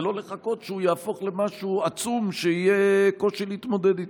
ולא לחכות שהוא ייהפך למשהו עצום שיהיה קושי להתמודד איתו.